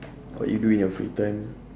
what you do in your free time